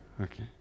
Okay